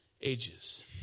ages